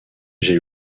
j’ai